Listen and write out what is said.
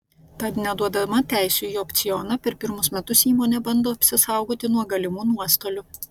tad neduodama teisių į opcioną per pirmus metus įmonė bando apsisaugoti nuo galimų nuostolių